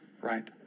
right